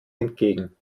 entgegen